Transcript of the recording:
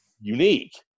unique